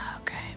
Okay